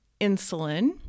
insulin